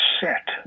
set